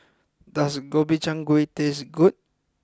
does Gobchang Gui taste good